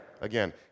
Again